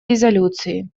резолюции